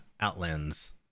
Outlands